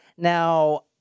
Now